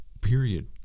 Period